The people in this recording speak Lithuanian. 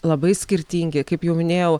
labai skirtingi kaip jau minėjau